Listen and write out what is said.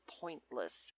pointless